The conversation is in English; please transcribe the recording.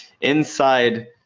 Inside